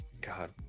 god